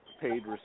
paid